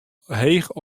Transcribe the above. heech